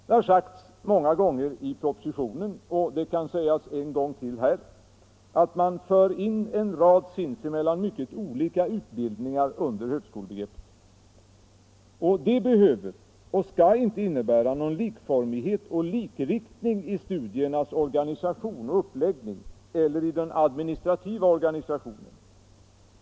Det har sagts många gånger i propositionen och det kan sägas en gång till här: att man för in en rad sinsemellan mycket olika utbildningar under högskolebegreppet behöver och skall inte innebära någon likformighet och likriktning i studiernas organisation och uppläggning eller i den administrativa organisationen.